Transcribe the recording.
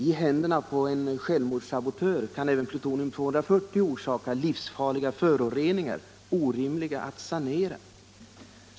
I händerna på en självmordssabotör kan även plutonium 240 orsaka livsfarliga föroreningar, orimliga att sanera.